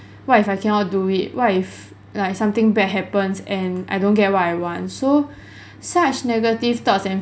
what if I cannot do it what if like something bad happens and I don't get what I want so such negative thoughts and